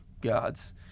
gods